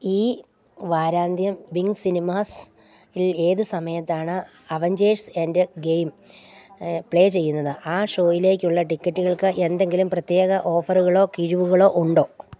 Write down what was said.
ഈ വാരാന്ത്യം വിങ്ങ് സിനിമാസിൽ ഏത് സമയത്താണ് അവഞ്ചേഴ്സ് എൻഡ് ഗെയിം പ്ലേ ചെയ്യുന്നത് ആ ഷോയിലേക്കുള്ള ടിക്കറ്റുകൾക്ക് എന്തെങ്കിലും പ്രത്യേക ഓഫറുകളോ കിഴിവുകളോ ഉണ്ടോ